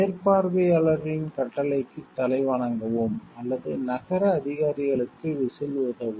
மேற்பார்வையாளரின் கட்டளைக்கு தலைவணங்கவும் அல்லது நகர அதிகாரிகளுக்கு விசில் ஊதவும்